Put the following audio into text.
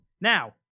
Now